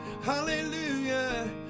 Hallelujah